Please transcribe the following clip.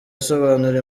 asobanura